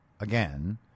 again